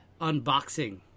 unboxing